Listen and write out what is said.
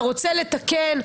אתה רוצה לתקן,